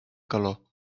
calor